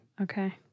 Okay